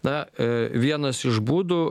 na vienas iš būdų